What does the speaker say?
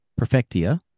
Perfectia